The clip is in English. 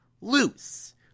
loose